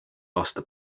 aasta